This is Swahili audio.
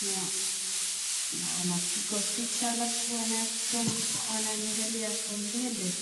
na wanapigwa picha halafu wanaangalia hapo mbele.